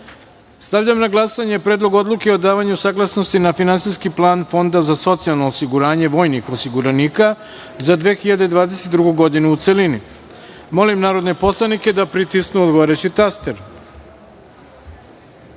odluke. Stavljam na glasanje Predlog odluke o davanju saglasnosti na Finansijski plan Fonda za socijalno osiguranje vojnih osiguranika za 2022. godinu, u celini. Molim narodne poslanike da pritisnu odgovarajući